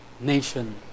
nation